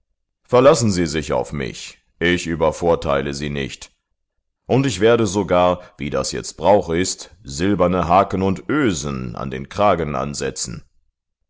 verlassen sie sich auf mich ich übervorteile sie nicht und ich werde sogar wie das jetzt brauch ist silberne haken und ösen an den kragen ansetzen